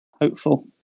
hopeful